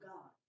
God